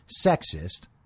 sexist